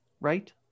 right